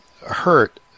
hurt